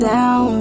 Down